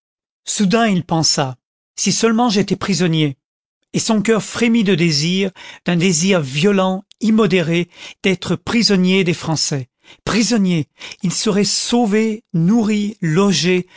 soudain il pensa si seulement j'étais prisonnier et son coeur frémit de désir d'un désir violent immodéré d'être prisonnier des français prisonnier il serait sauvé nourri logé